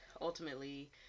ultimately